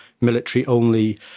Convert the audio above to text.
military-only